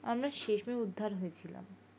আমরা শেষমেষ উদ্ধার হয়েছিলাম